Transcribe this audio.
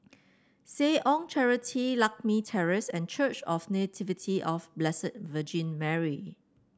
Seh Ong Charity Lakme Terrace and Church of Nativity of Blessed Virgin Mary